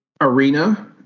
Arena